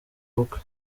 ubukwe